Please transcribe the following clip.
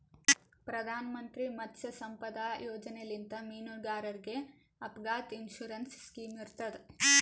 ಪ್ರಧಾನ್ ಮಂತ್ರಿ ಮತ್ಸ್ಯ ಸಂಪದಾ ಯೋಜನೆಲಿಂತ್ ಮೀನುಗಾರರಿಗ್ ಅಪಘಾತ್ ಇನ್ಸೂರೆನ್ಸ್ ಸ್ಕಿಮ್ ಇರ್ತದ್